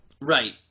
Right